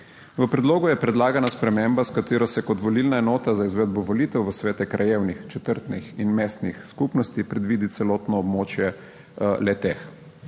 V predlogu je predlagana sprememba, s katero se kot volilna enota za izvedbo volitev v svete krajevnih, četrtnih in mestnih skupnosti predvidi celotno območje le-teh.